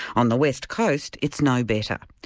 on the west coast, it's no better.